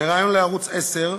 בריאיון לערוץ 10,